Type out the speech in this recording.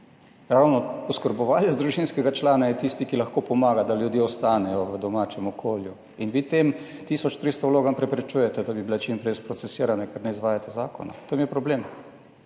Ravno oskrbovalec družinskega člana je tisti, ki lahko pomaga, da ljudje ostanejo v domačem okolju. In vi tem 1.300 vlogam preprečujete, da bi bile čim prej sprocesirane, ker ne izvajate zakona. V tem je problem.